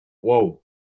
whoa